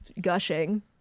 gushing